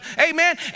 Amen